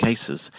cases